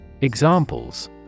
Examples